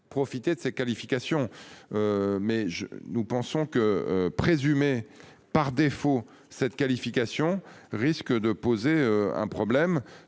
profiter de ces qualifications. Mais je nous pensons que présumé par défaut cette qualification risque de poser un problème